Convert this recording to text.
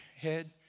head